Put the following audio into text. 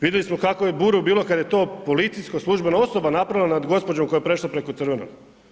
Vidili smo kakvo je buru bilo kada je to policijska službena osoba napravila, nad gospođom koja je prešla preko crvenog.